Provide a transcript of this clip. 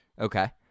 Okay